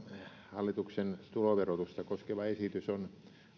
hallituksen tuloverotusta koskeva esitys on